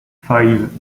five